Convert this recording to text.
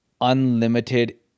unlimited